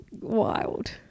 Wild